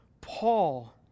Paul